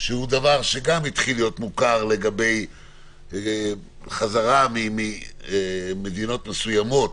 שהוא דבר שגם התחיל להיות מוכר לגבי חזרה ממדינות מסוימות,